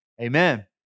Amen